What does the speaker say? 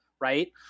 right